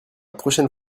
prochaine